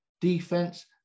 defense